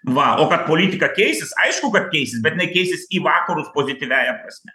va o kad politika keisis aišku kad keisis bet jinai keisis į vakarus pozityviąja prasme